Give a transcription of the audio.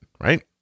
right